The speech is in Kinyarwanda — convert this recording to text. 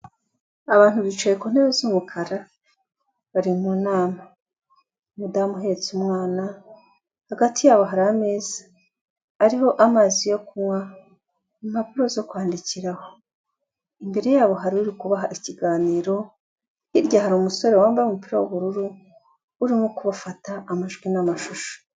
Abantu bicaye ku ntebe z'umukara, bari mu nama. Umudamu uhetse umwana, hagati yabo hari ameza, ariho amazi yo kunywa impapuro zo kwandikira, imbere yabo hari uri kubaha ikiganiro, hirya hari umusore wambaye umupira w'ubururu, urimo kufata amajwi n'amashusho.